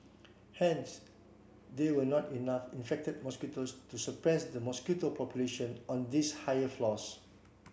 hence there were not enough infected mosquitoes to suppress the mosquito population on these higher floors